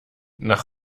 nach